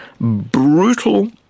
brutal